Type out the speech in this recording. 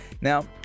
Now